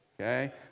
okay